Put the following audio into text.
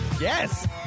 Yes